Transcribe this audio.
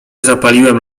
zapaliłem